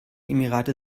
emirate